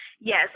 Yes